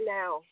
now